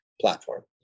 platform